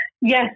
yes